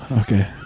Okay